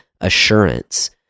assurance